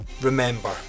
remember